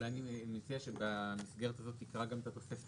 אני מציע שבמסגרת הזאת נקרא גם את התוספת